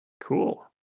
Cool